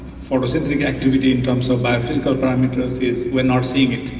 photosynthetic activity in terms of biophysical parameters is we're not seeing it.